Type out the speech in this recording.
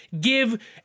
give